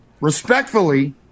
respectfully